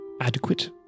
adequate